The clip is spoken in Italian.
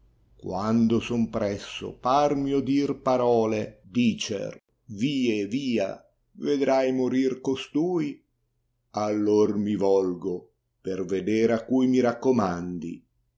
quando son presso parmi odir parole dicer yie tia tedrai inorila costai allor mi volgo por vedere a cui mi raccomandi